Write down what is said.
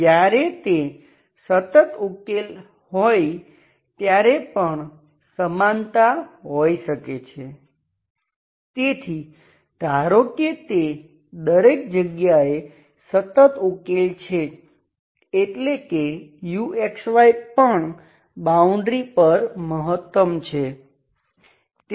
જ્યારે તે સતત ઉકેલ હોય ત્યારે પણ સમાનતા હોઈ શકે છે તેથી ધારો કે તે દરેક જગ્યાએ સતત ઉકેલ છે એટ્લે કે u પણ બાઉન્ડ્રી પર મહત્તમ છે